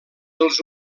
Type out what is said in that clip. els